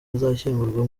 azashyingurwa